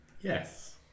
Yes